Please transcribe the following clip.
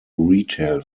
retail